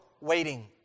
waiting